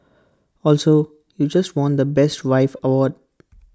also you just won the best wife award